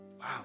Wow